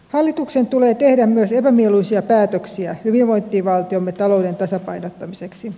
hallituksen tulee tehdä myös epämieluisia päätöksiä hyvinvointivaltiomme talouden tasapainottamiseksi